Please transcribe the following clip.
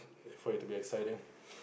wait for it to be exciting